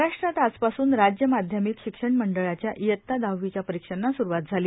महाराष्ट्रात आजपासून महाराष्ट्र राज्य माध्यमिक शिक्षण मंडळाच्या इयत्ता दहावीच्या परीक्षांना स्रुवात झाली